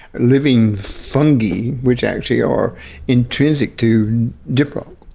living fungi which actually are intrinsic to gyprock.